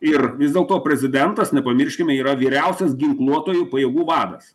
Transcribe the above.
ir vis dėlto prezidentas nepamirškime yra vyriausias ginkluotųjų pajėgų vadas